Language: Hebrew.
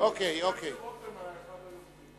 אני חושב שרותם היה אחד היוזמים.